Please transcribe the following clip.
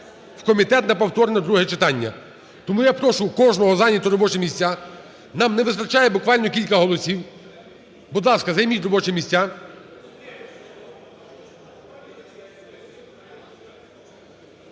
в комітет на повторне друге читання. Тому я прошу кожного зайняти робочі місця, нам не вистачає буквально кілька голосів. Будь ласка, займіть робочі місця.